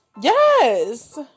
Yes